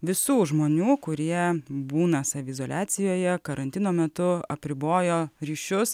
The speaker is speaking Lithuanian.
visų žmonių kurie būna saviizoliacijoje karantino metu apribojo ryšius